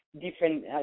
different